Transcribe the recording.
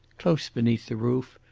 close beneath the roof,